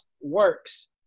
works